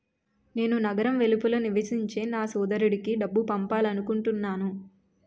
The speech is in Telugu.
నేను నగరం వెలుపల నివసించే నా సోదరుడికి డబ్బు పంపాలనుకుంటున్నాను